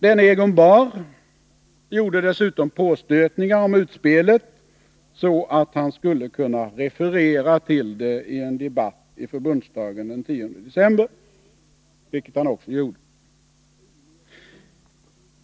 Denne Egon Bahr gjorde dessutom påstötningar om utspelet så att han skulle kunna referera till det i en debatt i förbundsdagen den 10 december, vilket han också gjorde.